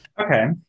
Okay